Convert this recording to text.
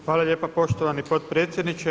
Hvala lijepa poštovani potpredsjedniče.